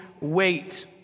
wait